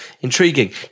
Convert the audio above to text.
intriguing